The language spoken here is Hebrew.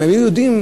אם היו יודעים,